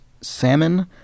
salmon